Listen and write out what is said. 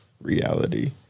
reality